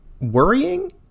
worrying